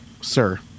Sir